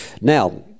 Now